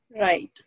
Right